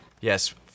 Yes